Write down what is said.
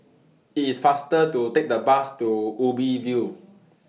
IT IS faster to Take The Bus to Ubi View